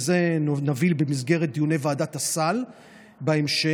ואת זה נביא במסגרת דיוני ועדת הסל בהמשך.